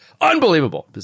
unbelievable